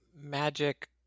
Magic